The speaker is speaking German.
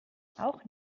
auch